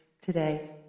today